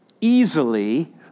easily